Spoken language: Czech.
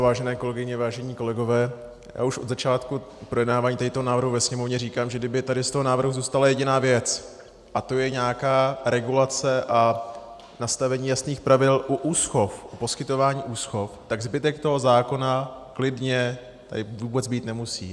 Vážené kolegyně, vážení kolegové, já už od začátku projednávání tohoto návrhu ve Sněmovně říkám, že kdyby tady z toho návrhu zůstala jediná věc, a to je nějaká regulace a nastavení jasných pravidel u poskytování úschov, tak zbytek toho zákona klidně tady být nemusí.